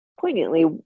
poignantly